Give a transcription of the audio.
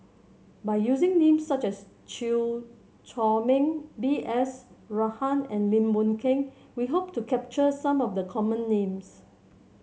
by using names such as Chew Chor Meng B S Rajhan and Lim Boon Keng we hope to capture some of the common names